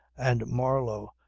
and marlow,